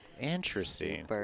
Interesting